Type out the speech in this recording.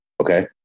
Okay